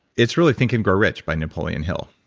it's really think and grow rich by napoleon hill.